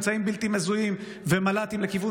אמצעים בלתי מזוהים ומל"טים לכיוון